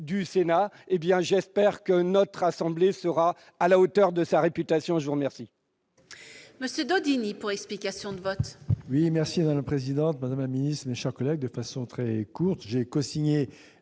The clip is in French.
du Sénat. J'espère que notre assemblée sera à la hauteur de sa réputation. La parole